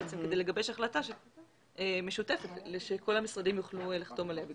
כדי לגבש החלטה משותפת שכל המשרדים יוכלו לחתום עליה.